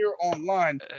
online